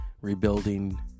rebuilding